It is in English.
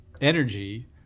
energy